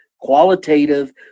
qualitative